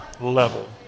level